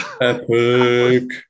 Epic